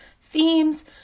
themes